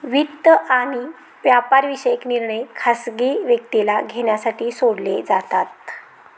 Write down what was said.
वित्त आणि व्यापारविषयक निर्णय खासगी व्यक्तीला घेण्यासाठी सोडले जातात